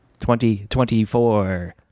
2024